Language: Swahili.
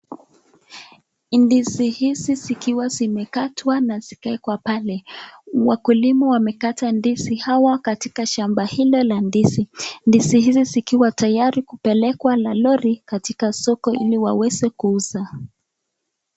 Ndizi hizi zikiwa zimekatwa na zikaekwa pale, wakulima wanakaa ndizi hawa katika shamba hilo la ndizi. Ndizi hizi zikiwa tayari kupelekwa na lori katika sokoni waweze kuuza.